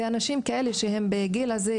ולאנשים כאלה,